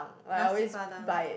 nasi-padang